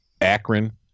Akron